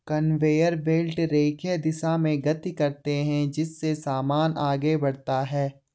conveyor belt रेखीय दिशा में गति करते हैं जिससे सामान आगे बढ़ता है